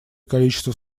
количество